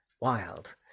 wild